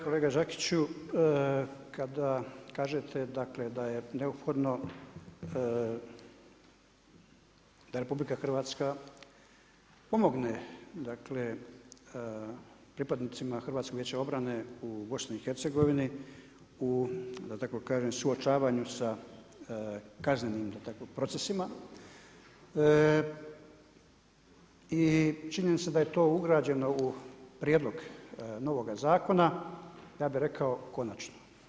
Kolega Đakiću, kada kažete dakle da je neophodno da RH pomogne dakle pripadnicima HVO-a u BiH, u da tako kažem suočavanju sa kaznenim procesima i činjenica da je to ugrađeno u prijedlog novoga zakona ja bih rekao konačno.